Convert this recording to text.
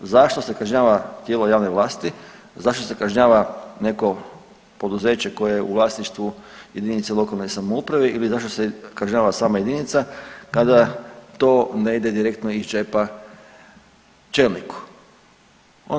Zašto se kažnjava tijelo javne vlasti, zašto se kažnjava neko poduzeće koje je u vlasništvu jedinice lokalne samouprave ili zašto se kažnjava sama jedinica kada to ne ide direktno iz džepa čelniku.